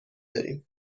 داریم